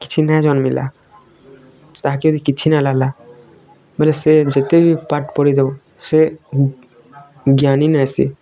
କିଛି ନାଇଁ ଜନ୍ମିଲା ତାହା କେ ବି କିଛି ନା ଲାଗ୍ଲା ବୋଲେ ସେ ଯେତେ ପାଠ ପଢ଼ି ଥାଉ ସେ ଜ୍ଞାନୀ ନ ଆସି